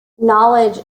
knowledge